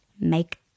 make